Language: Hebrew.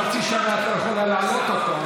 חצי שנה את לא יכולה להעלות אותו,